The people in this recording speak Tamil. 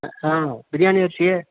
ஆ பிரியாணி அரிசி